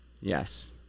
yes